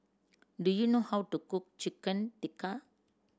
do you know how to cook Chicken Tikka